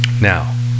now